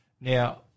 Now